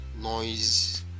noise